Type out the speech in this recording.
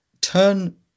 turn –